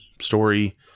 story